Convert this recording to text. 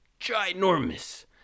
ginormous